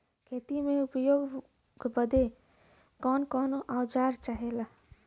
खेती में उपयोग बदे कौन कौन औजार चाहेला?